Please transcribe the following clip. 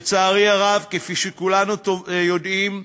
לצערי הרב, כפי שכולנו יודעים,